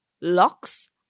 locks